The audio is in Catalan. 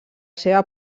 seva